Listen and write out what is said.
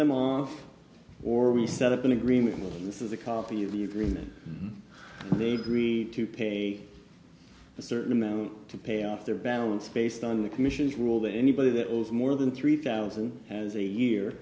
them off or we set up an agreement with them this is a copy of the three men they've agreed to pay a certain amount to pay off their balance based on the commission's rule that anybody that was more than three thousand as a year